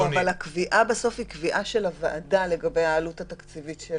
הקביעה בסוף היא קביעה של הוועדה לגבי העלות התקציבית של